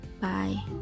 bye